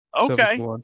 Okay